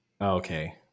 Okay